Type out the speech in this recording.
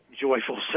joyful